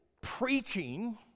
preaching